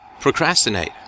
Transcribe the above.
procrastinate